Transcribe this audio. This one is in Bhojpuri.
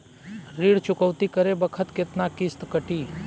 ऋण चुकौती करे बखत केतना किस्त कटी?